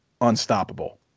unstoppable